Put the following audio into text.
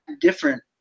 different